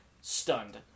stunned